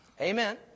Amen